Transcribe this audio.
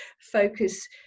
focus